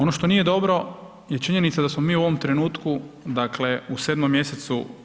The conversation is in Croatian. Ono što nije dobro je činjenica da smo mi u ovom trenutku dakle u 7. mj.